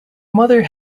mother